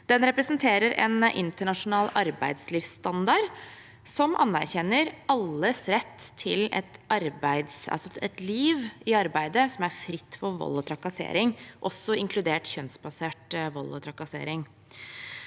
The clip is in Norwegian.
Den representerer en internasjonal arbeidslivsstandard som anerkjenner alles rett til et arbeidsliv fritt for vold og trakassering, også inkludert kjønnsbasert vold og trakassering.